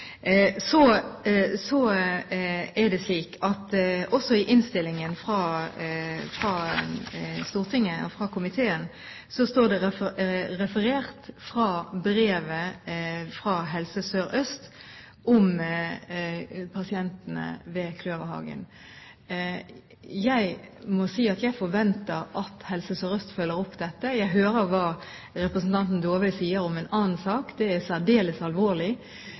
Også i innstillingen fra komiteen er det referert fra brevet fra Helse Sør-Øst om pasientene ved Kløverhagen. Jeg må si at jeg forventer at Helse Sør-Øst følger opp dette. Jeg hører hva representanten Dåvøy sier om en annen sak. Det er særdeles alvorlig,